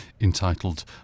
entitled